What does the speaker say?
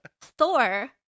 Thor